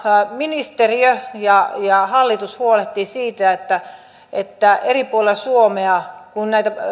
ministeriö ja ja hallitus huolehtivat siitä että että eri puolilla suomea kun näitä